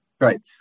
right